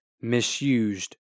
misused